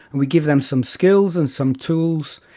we give them some skills and some tools,